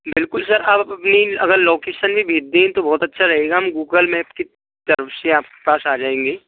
बिलकुल सर आप अभी अगर लोकेशन भी भेज दें तो बहुत अच्छा रहेगा हम गूगल मैप के तरफ से आपके पास आ जाएँगे